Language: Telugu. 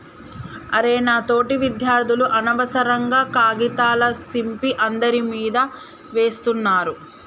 అరె నా తోటి విద్యార్థులు అనవసరంగా కాగితాల సింపి అందరి మీదా వేస్తున్నారు